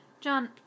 John